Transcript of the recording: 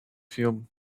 feel